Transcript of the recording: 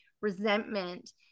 resentment